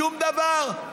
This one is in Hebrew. שום דבר.